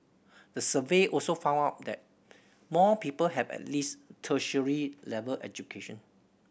the survey also found out that more people have at least tertiary level education